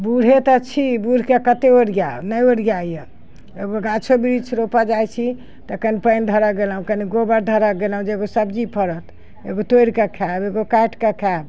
बुढ़े तऽ छी बुढ़के कते ओरियाउ नहि ओरियाइ अइ गाछो वृक्ष रोपऽ जाइ छी तऽ कनि पानि धरऽ गेलहुँ कनि गोबर धरऽ गेलहुँ जे एगो सब्जी फरत एगो तोड़ि कऽ खायब एगो काटि कऽ खायब